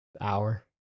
Hour